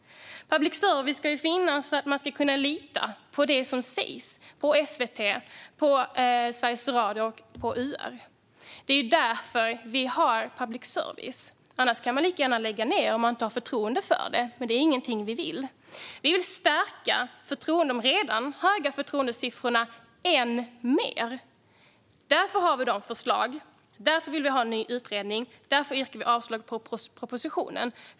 Public service ska ju finnas för att man ska kunna lita på det som sägs i SVT, Sveriges Radio och UR. Det är därför vi har public service. Om man inte har förtroende för den kan man lika gärna lägga ned allt. Detta är dock ingenting vi vill. Vi vill stärka de redan höga förtroendesiffrorna ännu mer. Det är därför som vi har förslag om en ny utredning och därför yrkar vi avslag på propositionen.